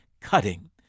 cutting